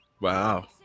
Wow